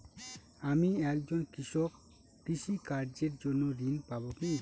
আমি একজন কৃষক কৃষি কার্যের জন্য ঋণ পাব কি?